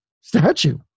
statue